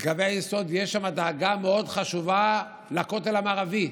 בקווי היסוד יש דאגה מאוד חשובה לכותל המערבי,